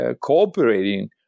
cooperating